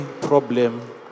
problem